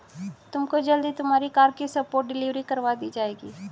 तुमको जल्द ही तुम्हारी कार की स्पॉट डिलीवरी करवा दी जाएगी